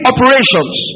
Operations